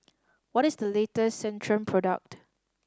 what is the later Centrum product